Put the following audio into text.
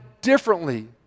differently